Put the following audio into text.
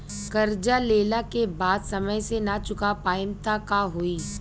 कर्जा लेला के बाद समय से ना चुका पाएम त का होई?